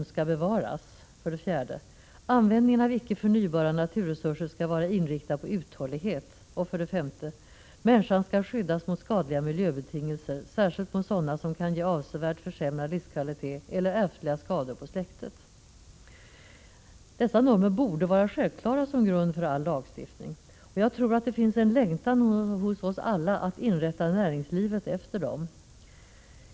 Användningen av icke förnybara naturresurser skall vara inriktad på uthållighet 5. Människan skall skyddas mot skadliga miljöbetingelser, särskilt mot sådana som kan ge avsevärt försämrad livskvalitet eller ärftliga skador på släktet. Dessa normer borde vara självklara som grund för all lagstiftning. Jag tror att det finns en längtan hos oss alla att inrätta näringslivet efter dem.